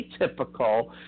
atypical